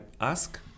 ask